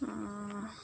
অঁ